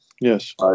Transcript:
Yes